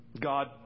God